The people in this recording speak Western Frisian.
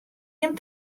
him